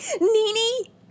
nini